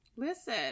Listen